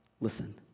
listen